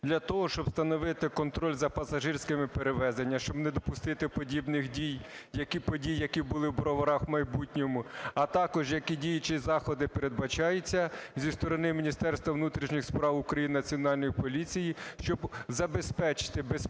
для того, щоб встановити контроль за пасажирськими перевезеннями, щоб не допустити подібних подій, які були в Броварах, в майбутньому, а також які діючі заходи передбачаються зі сторони Міністерства внутрішніх справ України, Національної поліції, щоб забезпечити безпеку